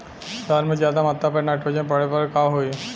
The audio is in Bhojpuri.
धान में ज्यादा मात्रा पर नाइट्रोजन पड़े पर का होई?